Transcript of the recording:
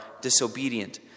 disobedient